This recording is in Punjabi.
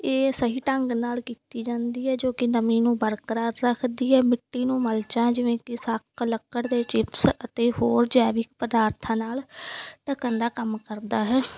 ਇਹ ਸਹੀ ਢੰਗ ਨਾਲ ਕੀਤੀ ਜਾਂਦੀ ਹੈ ਜੋ ਕਿ ਨਮੀ ਨੂੰ ਬਰਕਰਾਰ ਰੱਖਦੀ ਹੈ ਮਿੱਟੀ ਨੂੰ ਮਲਚਾਂ ਜਿਵੇਂ ਕਿ ਸੱਕ ਲੱਕੜ ਦੇ ਚਿਪਸ ਅਤੇ ਹੋਰ ਜੈਵਿਕ ਪਦਾਰਥਾਂ ਨਾਲ ਢਕਣ ਦਾ ਕੰਮ ਕਰਦਾ ਹੈ